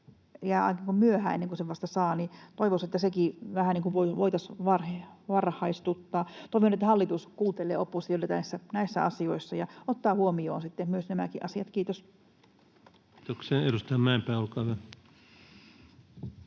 niin myöhään ennen kuin sen vasta sitten saa, ja toivoisi, että sitäkin vähän voitaisiin varhaistuttaa. Toivon, että hallitus kuuntelee oppositiota näissä asioissa ja ottaa huomioon sitten myös nämäkin asiat. — Kiitos. Kiitoksia. — Edustaja Mäenpää, olkaa hyvä.